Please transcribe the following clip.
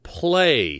play